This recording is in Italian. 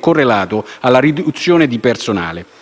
correlato alla riduzione di unità